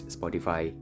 Spotify